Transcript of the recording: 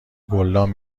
گلدان